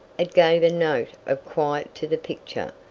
it gave a note of quiet to the picture,